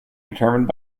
determined